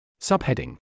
Subheading